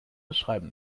schreiben